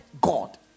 god